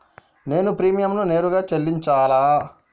నేను ప్రీమియంని నేరుగా చెల్లించాలా?